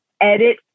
edit